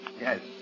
Yes